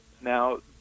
now